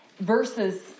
versus